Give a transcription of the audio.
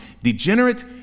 Degenerate